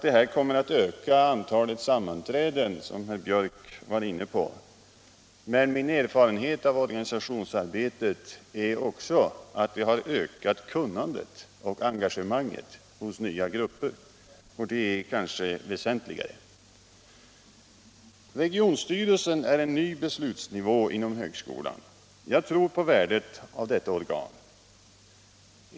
Detta kommer att öka antalet sammanträden, som herr Biörck i Värmdö var inne på, men min erfarenhet av organisationsarbete är också att vi har ökat kunnandet och engagemanget hos nya grupper, och det är kanske väsentligare. Regionstyrelsen är en ny beslutsnivå inom högskolan. Jag tror på värdet av detta organ.